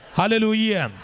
hallelujah